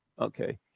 Okay